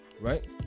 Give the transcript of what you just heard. Right